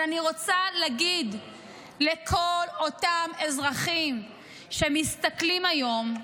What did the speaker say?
אני רוצה להגיד לכל אותם אזרחים שמסתכלים היום,